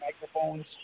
microphones